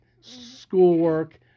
schoolwork